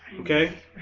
okay